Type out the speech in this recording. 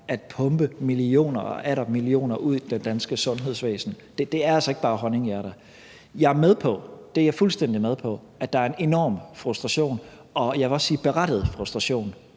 atter millioner ud i det danske sundhedsvæsen. Det er altså ikke bare honninghjerter. Jeg er med på, fuldstændig med på, at der er en enorm frustration, og jeg vil også sige berettiget frustration,